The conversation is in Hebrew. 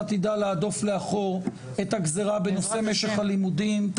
אתה תדע להדוף לאחור את הגזרה בנושא משך הלימודים.